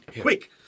Quick